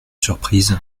surprise